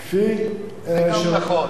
גם זה נכון.